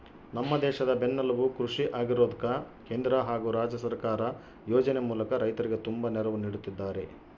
ನಮ್ಮ ದೇಶದ ಬೆನ್ನೆಲುಬು ಕೃಷಿ ಆಗಿರೋದ್ಕ ಕೇಂದ್ರ ಹಾಗು ರಾಜ್ಯ ಸರ್ಕಾರ ಯೋಜನೆ ಮೂಲಕ ರೈತರಿಗೆ ತುಂಬಾ ನೆರವು ನೀಡುತ್ತಿದ್ದಾರೆ